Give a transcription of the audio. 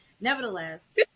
nevertheless